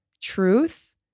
truth